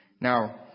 Now